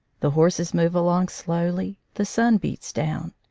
the horses move along slowly. the sun beats down.